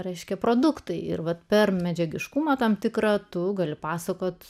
reiškia produktai ir vat per medžiagiškumą tam tikrą tu gali pasakoti